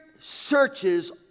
searches